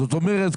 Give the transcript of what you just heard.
זאת אומרת,